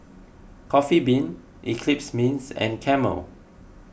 Coffee Bean Eclipse Mints and Camel